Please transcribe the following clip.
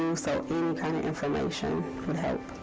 um so any kind of information would help.